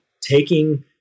taking